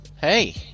Hey